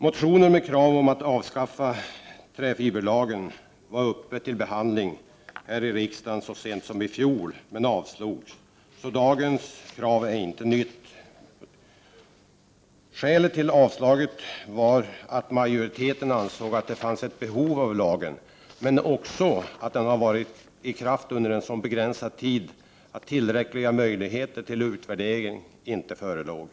Motioner med krav om att avskaffa träfiberlagen behandlades här i riksdagen så sent som i fjol, men avslogs, så dagens krav är inte nytt. Skälet till detta avslag var att majoriteten ansåg att det fanns ett behov av lagen, men också att den hade varit i kraft under en så begränsad tid att tillräckliga möjligheter till utvärdering inte förelåg.